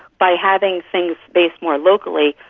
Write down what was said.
by having things based more locally,